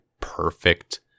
perfect